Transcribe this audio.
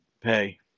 pay